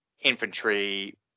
infantry